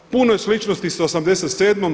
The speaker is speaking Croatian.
Puno je sličnosti sa '87.